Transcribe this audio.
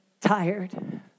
tired